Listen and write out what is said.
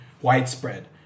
widespread